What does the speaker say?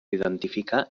identificar